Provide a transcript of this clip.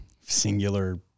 Singular